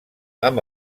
amb